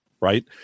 right